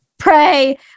Pray